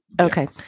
okay